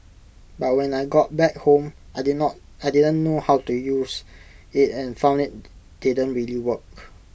but when I got back home I didn't not I didn't know how to use IT and found IT didn't really work